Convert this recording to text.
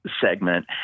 segment